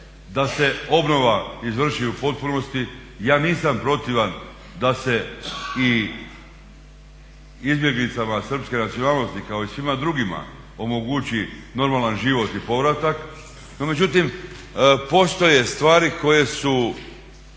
da se obnova izvrši u potpunosti ja nisam protivan da se i izbjeglicama Srpske nacionalnosti kao i svim drugima omogući normalan život i povratak, no međutim postoje stvari koje su